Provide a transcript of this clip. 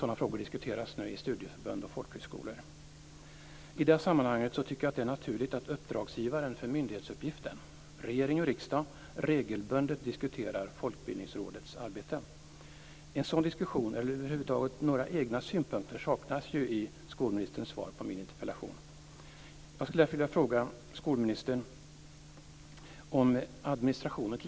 Sådana frågor diskuteras nu i studieförbund och folkhögskolor. I det sammanhanget tycker jag att det är naturligt att uppdragsgivarna för myndighetsuppgiften, regering och riksdag, regelbundet diskuterar Folkbildningsrådets arbete. En sådan diskussion eller över huvud taget några egna synpunkter saknas i skolministerns svar på min interpellation. Jag skulle därför vilja fråga skolministern t.ex. om administrationen.